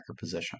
position